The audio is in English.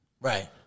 Right